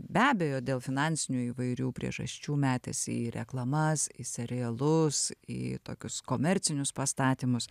be abejo dėl finansinių įvairių priežasčių metėsi į reklamas į serialus į tokius komercinius pastatymus